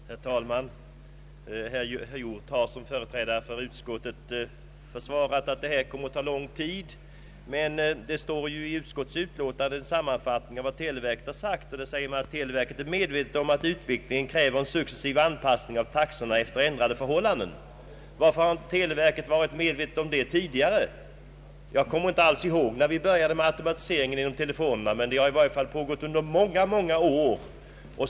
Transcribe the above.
Herr talman! Herr Hjorth har som företrädare för utskottet svarat att utredningen kommer att ta lång tid. Men i utskottets utlåtande står en sammanfattning av vad televerket har sagt. Där säger man ”att televerket är medvetet om att utvecklingen kräver en successiv anpassning av taxorna efter ändrade förhållanden”. Varför har inte televerket varit medvetet om detta tidigare? Jag kommer inte ihåg när vi började med automatiseringen av telefonerna, men den har i alla fall pågått under många, många år.